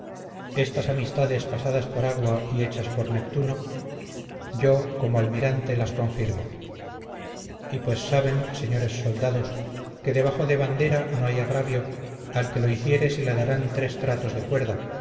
estas amistades pasadas por agua y hechas por neptuno yo como almirante las confirmo y pues saben señores soldados que debajo de bandera no hay agravio al que lo hiciere se le darán tres tratos de cuerda